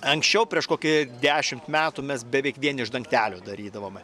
anksčiau prieš kokį dešimt metų mes beveik vien iš dangtelių darydavom